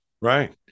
Right